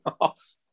off